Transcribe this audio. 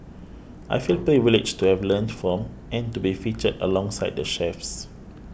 I feel privileged to have learnt from and to be featured alongside the chefs